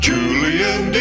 Julian